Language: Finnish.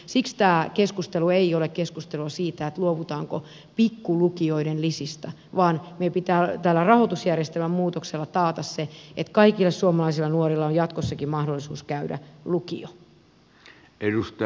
siksi tämä keskustelu ei ole keskustelua siitä luovutaanko pikkulukioiden lisistä vaan meidän pitää tällä rahoitusjärjestelmämuutoksella taata se että kaikilla suomalaisilla nuorilla on jatkossakin mahdollisuus käydä lukio